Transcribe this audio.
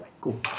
Cool